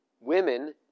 women